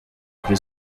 kuri